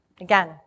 again